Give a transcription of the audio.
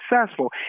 successful